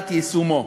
משעת יישומו.